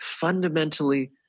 fundamentally